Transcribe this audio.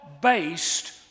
based